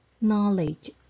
Knowledge